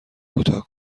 کوتاه